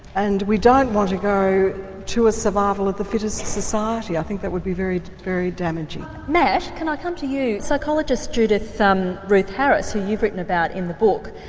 and we don't want to go to a survival of the fittest society, i think that would be very very damaging. matt, can i come to you psychologist judith rich harris, who you've written about in the book,